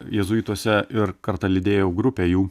jėzuituose ir kartą lydėjau grupę jų